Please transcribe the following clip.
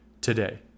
today